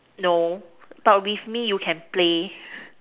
no but with me you can play